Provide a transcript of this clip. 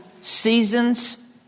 seasons